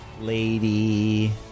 Lady